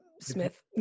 Smith